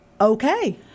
okay